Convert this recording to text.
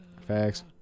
Facts